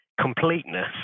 completeness